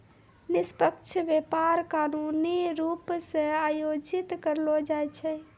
निष्पक्ष व्यापार कानूनी रूप से आयोजित करलो जाय छै